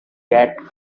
gets